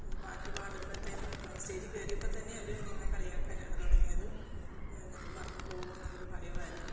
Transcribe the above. പാട്ട് പാടുമ്പോഴത്തേനും സ്റ്റേജിൽ കയറിയപ്പോൾ തന്നെ അവർ ഞങ്ങളെ കളിയാക്കാനാണ് തുടങ്ങിയത് ഞങ്ങൾ മറന്നുപോകുമോ എന്നുള്ള ഒരു ഭയമായിരുന്നു